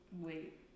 Wait